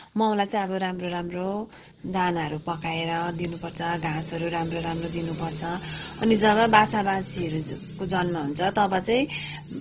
माउलाई चाहिँ अब राम्रो राम्रो दानाहरू पकाएर दिनुपर्छ घाँसहरू राम्रो राम्रो दिनुपर्छ अनि जब बाछा बाछीहरूको जन्म हुन्छ तब चाहिँ